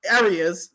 areas